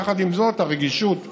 יחד עם זאת, הרגישות מובנת.